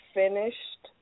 finished